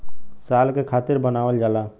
साल के खातिर बनावल जाला